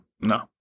no